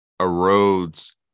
erodes